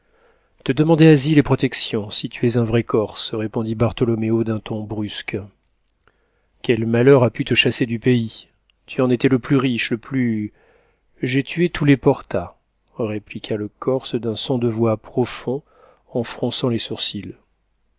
te demander asile et protection si tu es un vrai corse répondit bartholoméo d'un ton brusque quel malheur a pu te chasser du pays tu en étais le plus riche le plus j'ai tué tous les porta répliqua le corse d'un son de voix profond en fronçant les sourcils